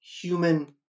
human